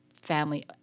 family